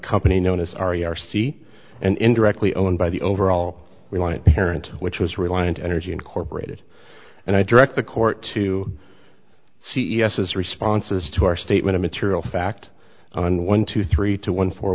company known as r e r c and indirectly owned by the overall parent which was reliant energy incorporated and i direct the court to c e s as responses to our statement a material fact on one to three to one for